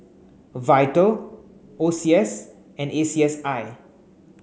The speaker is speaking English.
VITAL O C S and A C S I